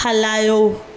हलायो